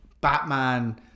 Batman